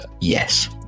Yes